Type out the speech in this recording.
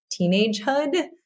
teenagehood